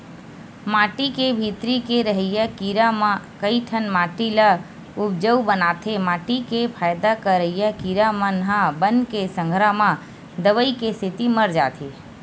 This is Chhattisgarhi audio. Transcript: माटी के भीतरी के रहइया कीरा म कइठन माटी ल उपजउ बनाथे माटी के फायदा करइया कीरा मन ह बन के संघरा म दवई के सेती मर जाथे